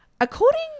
According